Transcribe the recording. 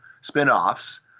spin-offs